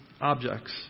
objects